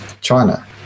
China